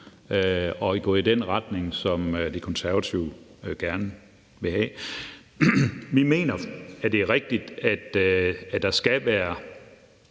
og gå i den retning, som De Konservative gerne vil have. Vi mener, at det er rigtigt, at der skal være